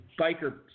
biker